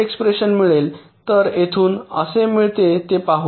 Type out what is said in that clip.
तर येथून हे कसे मिळते ते पाहू